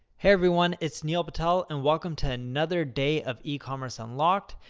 hey, everyone, it's neil patel, and welcome to another day of ecommerce unlocked.